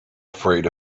afraid